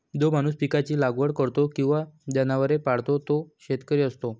जो माणूस पिकांची लागवड करतो किंवा जनावरे पाळतो तो शेतकरी असतो